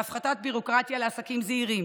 בהפחתת ביורוקרטיה לעסקים זעירים,